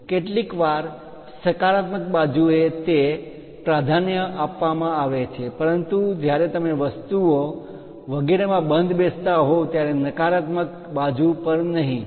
કેટલીકવાર સકારાત્મક બાજુએ તે પ્રાધાન્ય આપવામાં આવે છે પરંતુ જ્યારે તમે વસ્તુઓ વગેરેમાં બંધબેસતા હોવ ત્યારે નકારાત્મક બાજુ પર નહીં